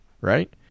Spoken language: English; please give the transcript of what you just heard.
right